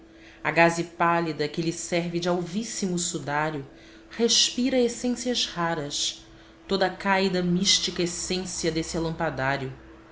a gaze pálida que lhe serve de alvíssimo sudário respira essências raras toda a cáida mística essência desse alampadário